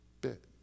bit